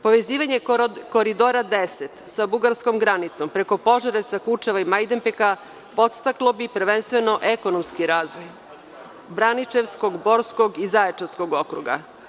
Povezivanje Koridora 10 sa bugarskom granicom preko Požarevca, Kučeva i Majdanpeka podstaklo bi prvenstveno ekonomski razvoj Braničevskog, Borskog i Zaječarskog okruga.